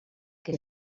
què